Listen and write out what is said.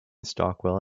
stockwell